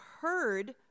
heard